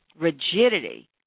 Rigidity